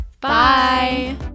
Bye